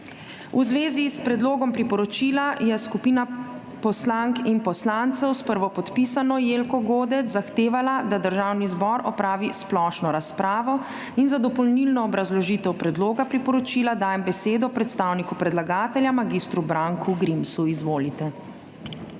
V zvezi s predlogom priporočila je skupina poslank in poslancev s prvopodpisano Jelko Godec zahtevala, da Državni zbor opravi splošno razpravo. In za dopolnilno obrazložitev predloga priporočila dajem besedo predstavniku predlagatelja, mag. Branku Grimsu. Izvolite.